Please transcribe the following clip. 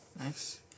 Nice